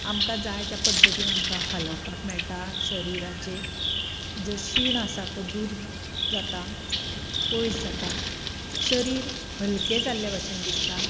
आमकां जाय त्या पद्दतीन आमकां हालोवपाक मेळटा शरिराचो जो शीण आसा तो धूर जाता पयस जाता शरीर हल्के जाल्ल्या भशेन दिसता